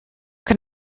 can